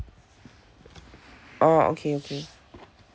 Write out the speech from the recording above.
orh okay okay